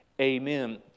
Amen